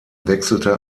wechselte